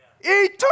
Eternity